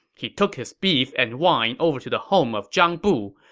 he took his beef and wine over to the home of zhang bu,